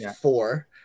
four